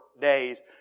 days